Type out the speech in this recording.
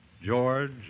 George